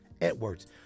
Edwards